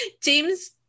James